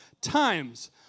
times